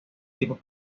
tipos